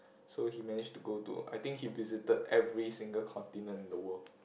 so he managed to go to I think he visited every single continent in the world